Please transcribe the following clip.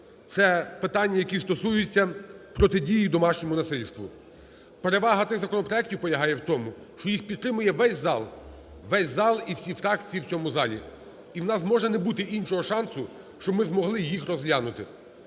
Це питання, які стосуються протидії домашньому насильства. Перевага цих законопроектів полягає у тому, що їх підтримує весь зал, весь зал і всі фракції у цьому залі. І у нас може не бути іншого шансу, щоб ми змогли їх розглянути.